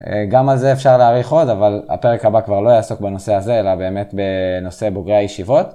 גם על זה אפשר להאריך עוד אבל הפרק הבא כבר לא יעסוק בנושא הזה אלא באמת בנושא בוגרי הישיבות.